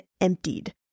emptied